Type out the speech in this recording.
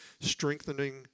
strengthening